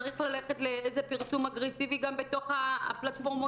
צריך ללכת לפרסום אגרסיבי גם בתוך הפלטפורמות